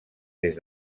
des